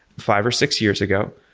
five or six years ago,